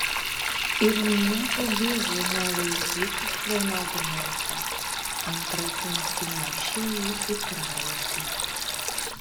ir nieku gyvu nelaikyk chronografo antraip nusineši jį į praeitį